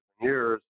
years